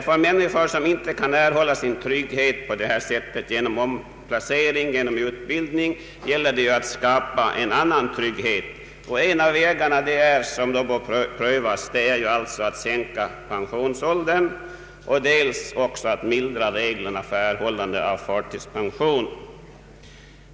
För människor som inte kan erhålla sin trygghet på detta sätt genom omplacering eller genom utbildning gäller det att skapa en annan trygghet. En av de vägar som då bör prövas är att dels sänka pensionsåldern, dels mildra reglerna för erhållande av förtidspension.